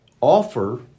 offer